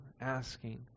asking